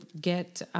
get